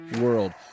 world